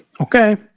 Okay